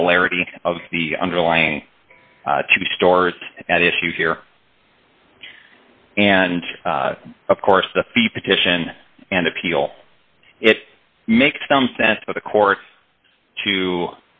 similarity of the underlying two stores at issue here and of course the fee petition and appeal it makes some sense for the court to